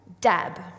dab